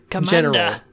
general